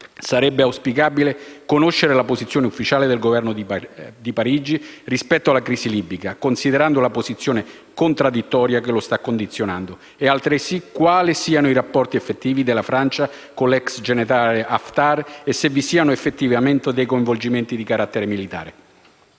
sarebbe auspicabile conoscere la posizione ufficiale del Governo di Parigi rispetto alla crisi libica, considerando la posizione contraddittoria che lo sta condizionando, quali siano i rapporti effettivi della Francia con l'ex generale Haftar e se vi siano effettivamente dei coinvolgimenti di carattere militare.